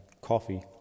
coffee